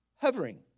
hovering